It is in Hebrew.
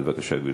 בבקשה, גברתי.